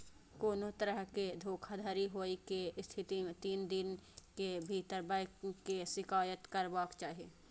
कोनो तरहक धोखाधड़ी होइ के स्थिति मे तीन दिन के भीतर बैंक के शिकायत करबाक चाही